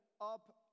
up